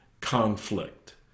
conflict